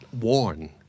warn